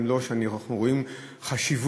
אלא שאנחנו רואים חשיבות,